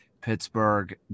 Pittsburgh